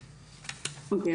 אוקיי,